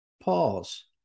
pause